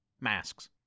masks